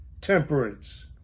temperance